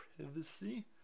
privacy